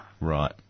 Right